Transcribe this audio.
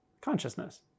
Consciousness